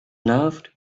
loved